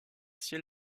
ciel